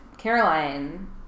Caroline